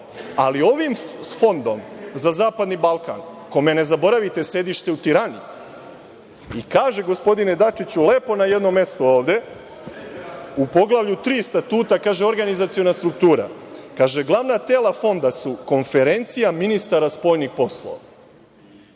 mora. Ovim Fondom za zapadni Balkan, kome je, ne zaboravite, sedište u Tirani i kaže, gospodine Dačiću, lepo na jednom mestu ovde u poglavlju 3. statuta, organizaciona struktura - glavna tela fonda su konferencija ministara spoljnih poslova.